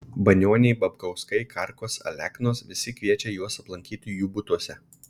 banioniai babkauskai karkos aleknos visi kviečia juos aplankyti jų butuose